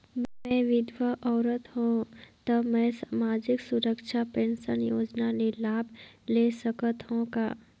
मैं विधवा औरत हवं त मै समाजिक सुरक्षा पेंशन योजना ले लाभ ले सकथे हव का?